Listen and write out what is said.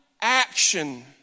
action